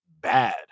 bad